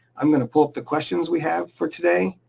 i'm gonna pull up the questions we have for today.